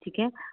ਠੀਕ ਹੈ